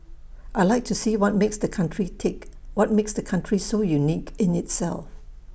I Like to see what makes the country tick what makes the country so unique in itself